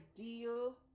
ideal